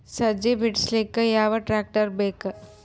ಸಜ್ಜಿ ಬಿಡಿಸಿಲಕ ಯಾವ ಟ್ರಾಕ್ಟರ್ ಬೇಕ?